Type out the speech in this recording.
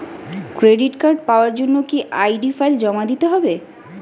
Credit card পাওয়ার জন্য কি আই.ডি ফাইল জমা দিতে হবে?